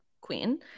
queen